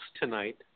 tonight